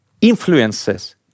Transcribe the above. influences